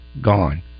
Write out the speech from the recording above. gone